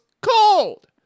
cold